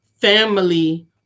family